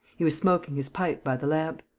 he was smoking his pipe by the lamp.